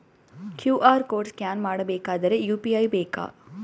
QR code scan ಮಾಡಬೇಕಾದರೆ UPI ಬೇಕಾ?